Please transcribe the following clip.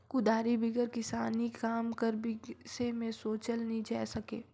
कुदारी बिगर किसानी काम कर बिसे मे सोचल नी जाए सके